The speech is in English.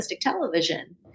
television